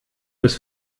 des